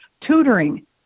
Tutoring